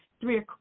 Three